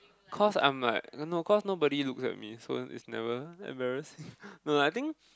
cause I'm like don't know cause nobody look at me so it's never embarrassing no lah I think